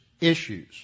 issues